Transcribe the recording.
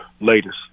latest